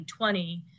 2020